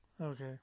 Okay